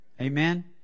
Amen